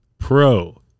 Pro